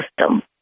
System